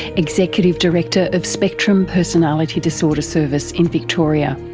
executive director of spectrum personality disorder service in victoria.